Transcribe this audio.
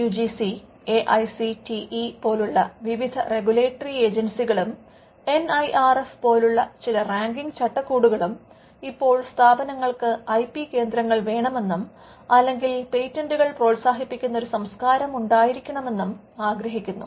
U G C A I C T E പോലുള്ള വിവിധ regulatory ഏജൻസികളും എൻ ഐ ആർഎഫ് പോലുള്ള ചില റാങ്കിംഗ് ചട്ടക്കൂടുകളും ഇപ്പോൾ സ്ഥാപനങ്ങൾക്ക് ഐപി കേന്ദ്രങ്ങൾ വേണമെന്നും അല്ലെങ്കിൽ പേറ്റൻറുകൾ പ്രോത്സാഹിപ്പിക്കുന്ന ഒരു സംസ്കാരം ഉണ്ടായിരിക്കണമെന്നും ആഗ്രഹിക്കുന്നു